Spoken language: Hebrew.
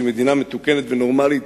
ומדינה מתוקנת ונורמלית